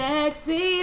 Sexy